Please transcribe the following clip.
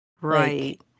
right